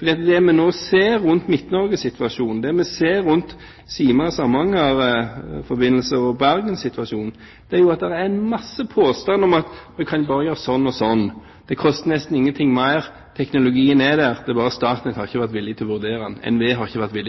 det vi nå ser rundt Midt-Norge-situasjonen, det vi ser rundt Sima–Samnanger-forbindelsen og Bergen-situasjonen, er jo at det er en masse påstander om at vi bare kan gjøre sånn og sånn, det koster nesten ingenting mer, teknologien er der, det er bare det at NVE ikke har vært villige